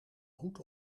hoed